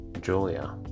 Julia